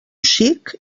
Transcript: xic